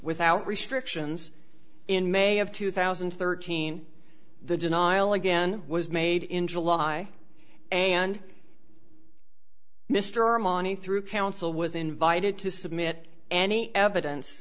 without restrictions in may of two thousand and thirteen the denial again was made in july and mr armani through counsel was invited to submit any evidence